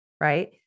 Right